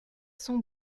son